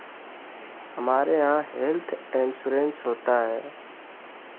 हमारे यहाँ health insurance होता है